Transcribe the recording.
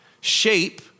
shape